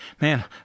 Man